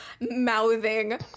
mouthing